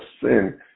sin